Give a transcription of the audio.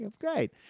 great